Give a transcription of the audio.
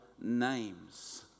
names